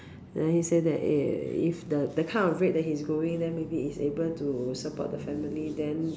then he say that eh if the the kind of rate that he is going then maybe he is able to support to family then